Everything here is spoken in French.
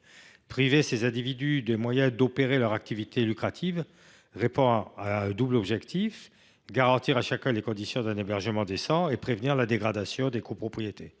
Priver ces individus des moyens d’opérer leurs activités lucratives vise un double objectif : garantir à chacun les conditions d’un hébergement décent et prévenir la dégradation des copropriétés.